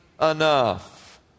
enough